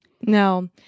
No